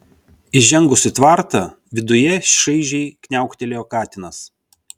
įžengus į tvartą viduje šaižiai kniauktelėjo katinas